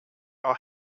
are